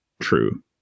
True